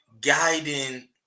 guiding